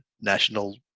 national